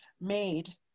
made